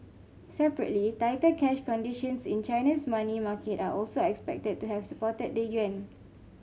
separately tighter cash conditions in China's money market are also expected to have supported the yuan